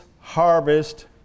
harvest